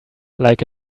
like